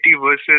versus